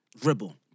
dribble